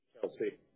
Chelsea